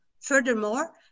Furthermore